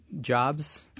jobs